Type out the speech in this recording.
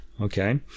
Okay